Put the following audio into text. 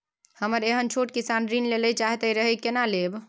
हमरा एहन छोट किसान ऋण लैले चाहैत रहि केना लेब?